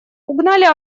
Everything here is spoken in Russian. угнали